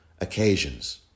occasions